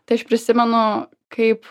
tai aš prisimenu kaip